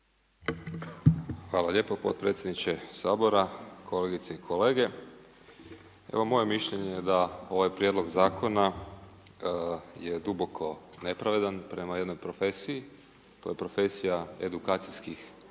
Hvala lijepo potpredsjedniče Sabora, kolegice i kolege. Evo moje mišljenje je da ovaj prijedlog zakona je duboko nepravedan prema jednoj profesiji, to je profesija edukacijskih